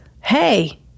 hey